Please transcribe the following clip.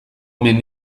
omen